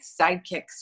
sidekicks